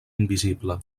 invisible